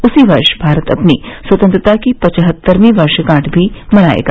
उसी वर्ष भारत अपनी स्वतंत्रता की पचहत्तरवीं वर्षगांठ भी मनाएगा